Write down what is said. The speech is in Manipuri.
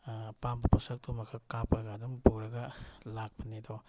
ꯑꯄꯥꯝꯕ ꯄꯣꯠꯁꯛꯇꯨꯃꯈꯛ ꯀꯥꯞꯄꯒ ꯑꯗꯨꯝ ꯄꯨꯔꯒ ꯂꯥꯛꯄꯅꯤꯗꯣ